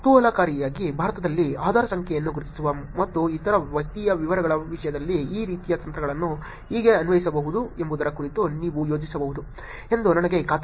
ಕುತೂಹಲಕಾರಿಯಾಗಿ ಭಾರತದಲ್ಲಿ ಆಧಾರ್ ಸಂಖ್ಯೆಯನ್ನು ಗುರುತಿಸುವ ಮತ್ತು ಇತರ ವೈಯಕ್ತಿಕ ವಿವರಗಳ ವಿಷಯದಲ್ಲಿ ಈ ರೀತಿಯ ತಂತ್ರಗಳನ್ನು ಹೇಗೆ ಅನ್ವಯಿಸಬಹುದು ಎಂಬುದರ ಕುರಿತು ನೀವು ಯೋಚಿಸಬಹುದು ಎಂದು ನನಗೆ ಖಾತ್ರಿಯಿದೆ